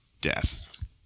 death